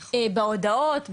בהודעות,